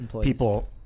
people